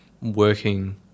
working